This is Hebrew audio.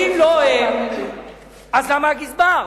ואם לא הם, אז למה הגזבר?